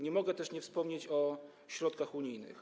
Nie mogę też nie wspomnieć o środkach unijnych.